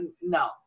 no